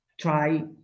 try